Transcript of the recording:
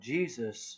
Jesus